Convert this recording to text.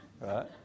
right